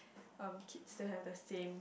um kids to have the same